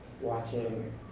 watching